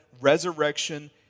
resurrection